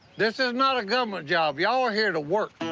this is not a government job. y'all are here to work.